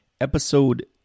episode